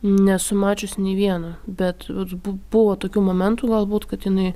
nesu mačius nė vieno bet bu buvo tokių momentų galbūt kad jinai